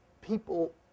people